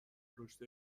رشد